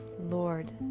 Lord